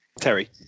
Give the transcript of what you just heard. Terry